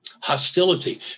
Hostility